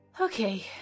Okay